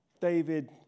David